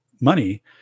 money